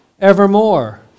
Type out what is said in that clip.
evermore